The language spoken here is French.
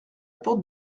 porte